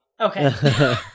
Okay